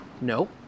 No